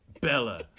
Bella